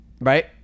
Right